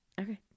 okay